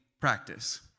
practice